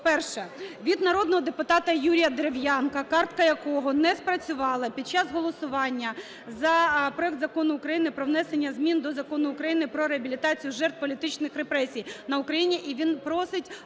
Перше. Від народного депутата Юрія Дерев'янка, картка якого не спрацювала під час голосування за проект Закону України про внесення змін до Закону України "Про реабілітацію жертв політичних репресій на Україні", і він просить